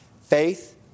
Faith